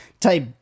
Type